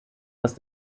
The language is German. aus